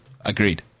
agreed